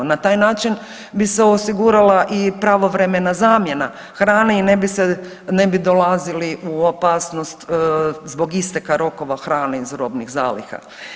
Na taj način bi se osigurala i pravovremena zamjena hrane i ne bi se, ne bi dolazili u opasnost zbog isteka rokova hrane iz robnih zaliha.